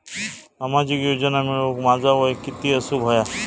सामाजिक योजना मिळवूक माझा वय किती असूक व्हया?